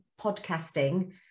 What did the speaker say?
podcasting